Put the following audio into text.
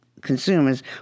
consumers